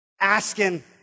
asking